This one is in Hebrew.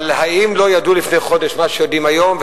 אבל, האם לא ידעו לפני חודש מה שיודעים היום?